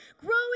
Growing